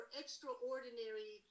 extraordinary